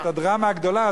את הדרמה הגדולה.